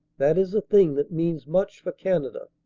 that is a thing that means much for canada.